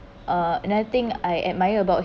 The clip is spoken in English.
uh another thing I admire about